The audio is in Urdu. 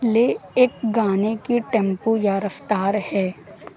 لئے ایک گانے کی ٹیمپو یا رفتار ہے